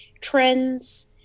trends